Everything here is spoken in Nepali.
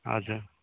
हजुर